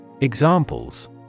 Examples